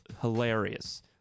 hilarious